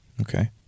okay